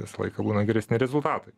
visą laiką būna geresni rezultatai